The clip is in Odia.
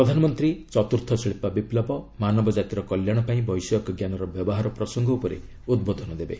ପ୍ରଧାନମନ୍ତ୍ରୀ 'ଚତୁର୍ଥ ଶିଳ୍ପ ବିପ୍ଲବ ମାନବ ଜାତିର କଲ୍ୟାଣ ପାଇଁ ବୈଷୟିକ ଜ୍ଞାନର ବ୍ୟବହାର' ପ୍ରସଙ୍ଗ ଉପରେ ଉଦ୍ବୋଧନ ଦେବେ